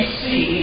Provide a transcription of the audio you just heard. see